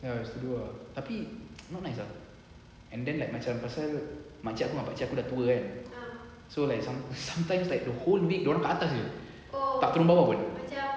ya studio ah tapi not nice ah and then like macam pasal makcik pakcik aku da tua kan so like sometimes the whole day dorang kat atas jer tak turun bawah pun